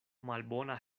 malbona